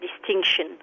distinction